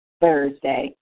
Thursday